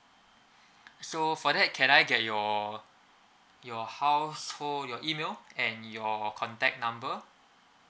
so for that can I get your your household your email and your contact number